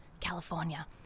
California